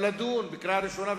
או לדון בקריאה ראשונה,